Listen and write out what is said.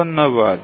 ধন্যবাদ